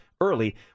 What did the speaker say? early